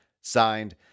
Signed